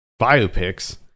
biopics